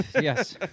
Yes